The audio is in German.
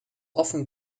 offen